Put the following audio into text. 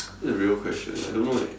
this is a real question I don't know eh